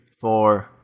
four